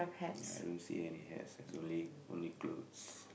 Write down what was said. ya I don't see any hats there's only only clothes